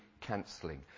cancelling